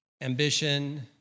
Ambition